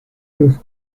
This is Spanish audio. sus